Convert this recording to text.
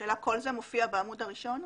כל זה מופיע בעמוד הראשון?